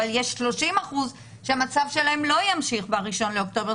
אבל יש 30% שהמצב שלהם לא ימשיך ב-1 באוקטובר,